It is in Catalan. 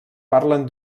parlen